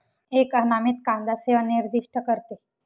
एक अनामित कांदा सेवा निर्दिष्ट करते